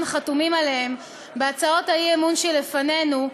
חתומים עליהן בהצעות האי-אמון שלפנינו,